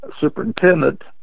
superintendent